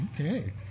okay